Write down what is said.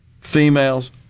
females